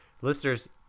Listeners